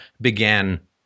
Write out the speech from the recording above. began